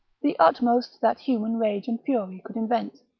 the utmost that human rage and fury could invent,